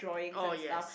oh yes